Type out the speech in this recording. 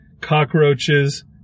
Cockroaches